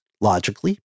logically